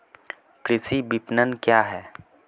कृषि विपणन क्या है?